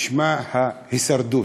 ששמה "הישרדות".